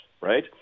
right